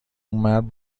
مرد